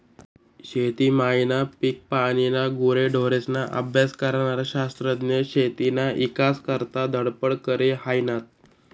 शेती मायना, पिकपानीना, गुरेढोरेस्ना अभ्यास करनारा शास्त्रज्ञ शेतीना ईकास करता धडपड करी हायनात